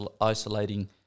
isolating